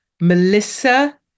Melissa